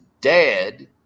dad